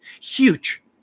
Huge